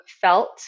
felt